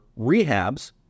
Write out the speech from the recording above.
rehabs